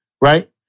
right